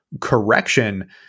correction